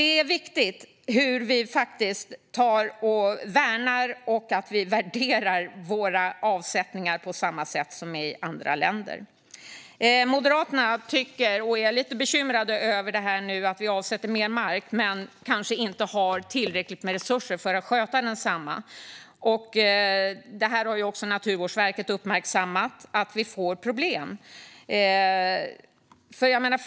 Det är viktigt hur vi värnar och att vi värderar våra avsättningar på samma sätt som i andra länder. Moderaterna är lite bekymrade över att vi nu avsätter mer mark men kanske inte har tillräckligt med resurser för att sköta densamma. Naturvårdsverket har uppmärksammat att vi får problem med detta.